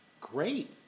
great